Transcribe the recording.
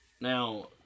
Now